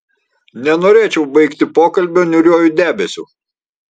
nenorėčiau baigti pokalbio niūriuoju debesiu